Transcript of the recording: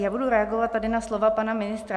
Já budu reagovat tady na slova pana ministra.